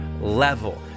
level